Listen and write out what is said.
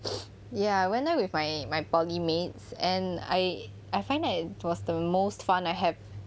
ya I went there with my my poly mates and I I find that was the most fun I have